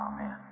Amen